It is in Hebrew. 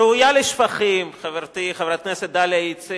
ראויה לשבחים חברתי חברת הכנסת דליה איציק,